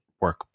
work